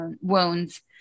wounds